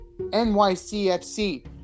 NYCFC